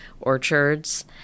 orchards